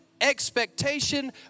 expectation